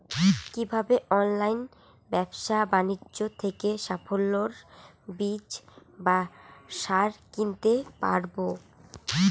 কীভাবে অনলাইন ব্যাবসা বাণিজ্য থেকে ফসলের বীজ বা সার কিনতে পারবো?